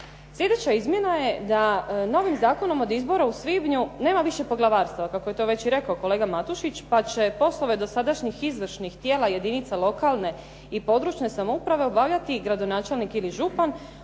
Sljedeća izmjena je da novim zakonom od izbora u svibnju nema više poglavarstava, kako je to već i rekao kolega Matušić, pa će poslove dosadašnjih izvršnih tijela jedinica lokalne i područne samouprave obavljati gradonačelnik ili župan,